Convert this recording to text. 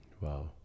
Wow